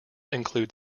included